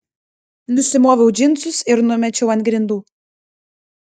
nusimoviau džinsus ir numečiau ant grindų